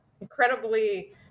incredibly